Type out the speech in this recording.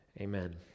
Amen